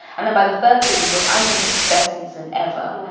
and then by the third season, which i think is its best season ever,